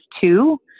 two